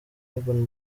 urban